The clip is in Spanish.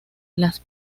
las